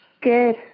Good